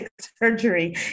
surgery